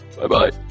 Bye-bye